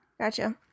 Gotcha